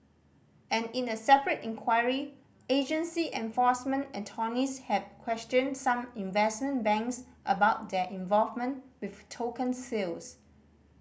and in a separate inquiry agency enforcement attorneys have questioned some investment banks about their involvement with token sales